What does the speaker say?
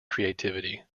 creativity